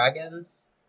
dragons